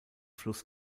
fluss